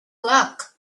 luck